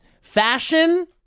Fashion